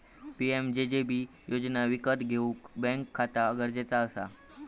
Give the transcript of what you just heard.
PMJJB योजना विकत घेऊक बॅन्क खाता गरजेचा असा